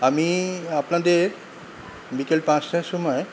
আমি আপনাদের বিকেল পাঁচটার সময়